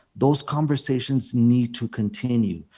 those conversations need to continue.